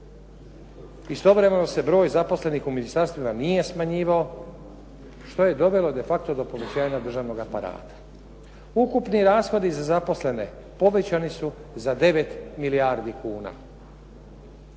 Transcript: Istovremeno se broj zaposlenih u ministarstvima nije smanjivao što je dovelo de facto do povećanja državnog aparata. Ukupni rashodi za zaposlene povećani su za 9 milijardi kuna.